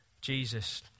Jesus